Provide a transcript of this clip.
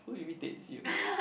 who irritates you